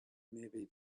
maybe